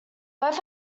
both